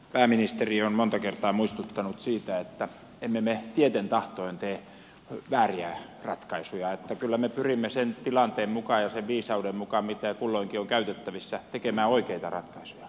pääministeri on monta kertaa muistuttanut siitä että emme me tieten tahtoen tee vääriä ratkaisuja että kyllä me pyrimme sen tilanteen mukaan ja sen viisauden mukaan mitä kulloinkin on käytettävissä tekemään oikeita ratkaisuja